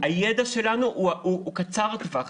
שהידע שלנו הוא קצר טווח,